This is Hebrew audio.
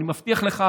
אבל אני מבטיח לך,